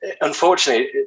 Unfortunately